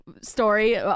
story